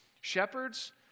Shepherds